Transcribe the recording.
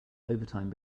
overtime